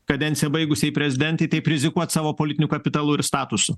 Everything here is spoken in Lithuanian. kadenciją baigusiai prezidentei taip rizikuot savo politiniu kapitalu ir statusu